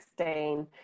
2016